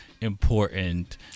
important